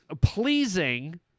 pleasing